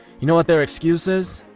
you know what their excuse is?